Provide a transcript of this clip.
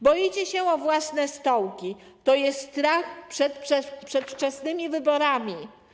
Boicie się o własne stołki, to jest strach przed przedwczesnymi wyborami.